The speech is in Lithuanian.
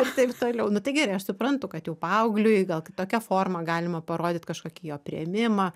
ir taip toliau nu tai gerai aš suprantu kad jau paaugliui gal kitokia forma galima parodyt kažkokį jo priėmimą